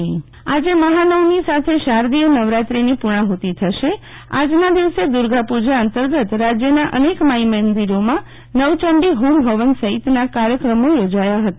શીતલ વૈશ્નવ નવરાત્રીની પૂર્ણાહુતિ આજે મહાનવમી સાથે શારદીય નવરાત્રીની પૂર્ણાહૃતિ થશે આજના દિવસે દુર્ગાપૂજા અંતર્ગત રાજ્યના અનેક માઈમંદિરોમાં નવચંડી હોમં હવન સહિતના કાર્યક્રમી યોજાય હતા